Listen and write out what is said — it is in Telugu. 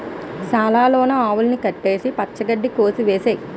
సాల లోన ఆవుల్ని కట్టేసి పచ్చ గడ్డి కోసె ఏసేయ్